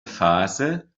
phase